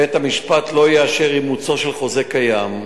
בית-המשפט לא יאשר אימוצו של חוזה קיים,